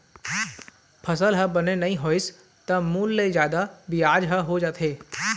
फसल ह बने नइ होइस त मूल ले जादा बियाज ह हो जाथे